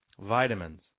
vitamins